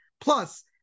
Plus